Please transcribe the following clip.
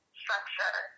structure